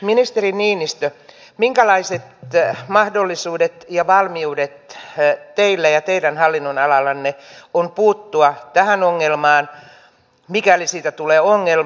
ministeri niinistö minkälaiset mahdollisuudet ja valmiudet teillä ja teidän hallinnonalallanne on puuttua tähän ongelmaan mikäli siitä tulee ongelma